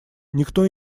никто